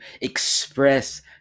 express